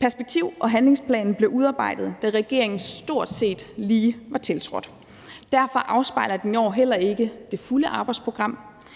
Perspektiv- og handlingsplanen blev udarbejdet, da regeringen stort set lige var tiltrådt. Derfor afspejler den i år heller ikke det fulde arbejdsprogram.